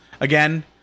Again